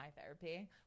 therapy